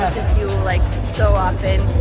you like so often.